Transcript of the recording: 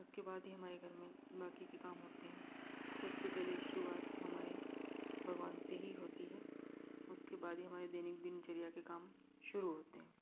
उसके बाद ही हमारे घर में बाकी के काम होते हैं सबसे पहले शुरुआत हमारे भगवान से ही होती है उसके बाद ही हमारे दिन दिनचर्या के काम शुरू होता है